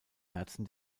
herzen